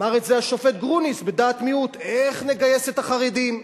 אמר את זה השופט גרוניס בדעת מיעוט: איך נגייס את החרדים?